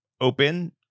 open